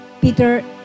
Peter